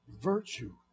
virtue